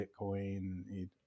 Bitcoin